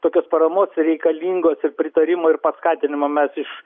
tokios paramos reikalingos ir pritarimo ir paskatinimo mes iš